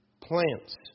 Plants